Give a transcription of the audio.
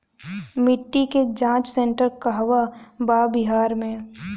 मिटी के जाच सेन्टर कहवा बा बिहार में?